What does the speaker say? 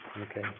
Okay